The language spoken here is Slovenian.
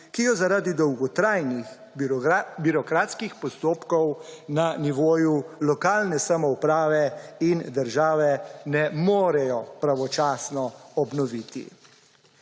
ki jo zaradi dolgotrajnih birokratskih postopkov na nivoju lokalne samouprave in države ne morejo pravočasno obnoviti.